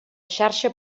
xarxa